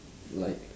like